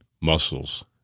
Muscles